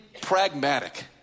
pragmatic